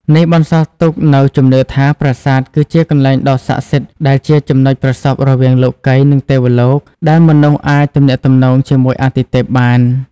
នេះបន្សល់ទុកនូវជំនឿថា ប្រាសាទគឺជាកន្លែងដ៏ស័ក្តិសិទ្ធិដែលជាចំណុចប្រសព្វរវាងលោកិយ និងទេវលោក ដែលមនុស្សអាចទំនាក់ទំនងជាមួយអាទិទេពបាន។